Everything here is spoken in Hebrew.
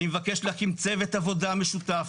אני מבקש להקים צוות עבודה משותף,